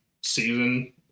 season